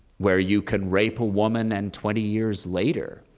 where you can rape a woman, and twenty years later,